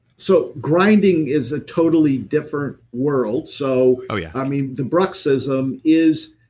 so grinding is a totally different world. so ah yeah i mean the bruxism is.